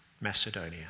Macedonia